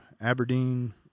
Aberdeen